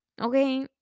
okay